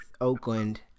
Oakland